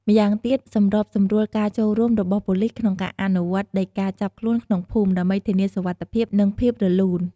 ម្យ៉ាងទៀតសម្របសម្រួលការចូលរួមរបស់ប៉ូលីសក្នុងការអនុវត្តដីកាចាប់ខ្លួនក្នុងភូមិ ដើម្បីធានាសុវត្ថិភាព និងភាពរលូន។